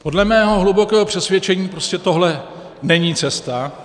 Podle mého hlubokého přesvědčení prostě tohle není cesta.